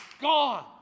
Gone